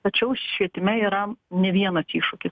tačiau švietime yra ne vienas iššūkis